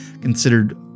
considered